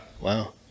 Wow